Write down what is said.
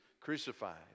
crucified